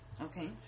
Okay